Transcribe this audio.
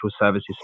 services